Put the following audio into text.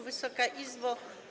Wysoka Izbo!